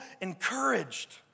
encouraged